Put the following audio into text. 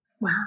Wow